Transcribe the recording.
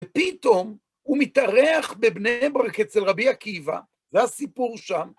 ופתאום הוא מתארח בבני ברק אצל רבי עקיבא, והסיפור שם.